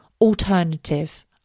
alternative